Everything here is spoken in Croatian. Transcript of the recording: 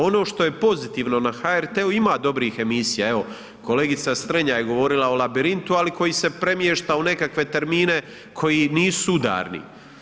Ono što je pozitivno na HRT-u ima dobrih emisija, evo kolegica Strenja je govorila o „Labirintu“, ali koji se premiješta u nekakve termine koji nisu udarni.